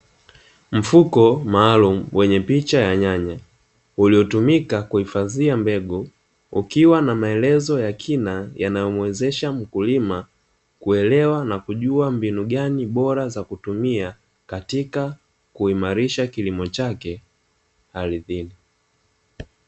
Mfuko maalumu wenye picha ya nyanya uliotumika kuhifadhia mbegu, ukiwa na maelezo ya kina yanayomuwezesha mkulima kuelewa na kujua mbinu gani bora za kutumia katika kuimarisha kilimo chake ardhini.